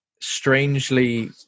strangely